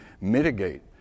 mitigate